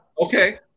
Okay